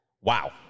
Wow